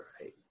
right